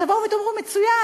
אז תבואו ותאמרו: מצוין,